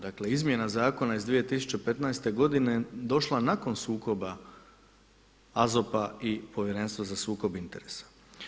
Dakle izmjena zakona iz 2015. godine je došla nakon sukoba AZOP-a i Povjerenstvo za sukob interesa.